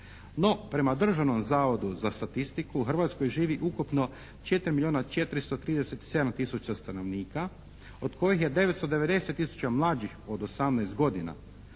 No, prema Državnom zavodu za statistiku u Hrvatskoj živi ukupno 4 milijona 437 tisuća stanovnika, od kojih je 990 tisuća mlađih od 18 godina.